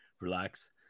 relax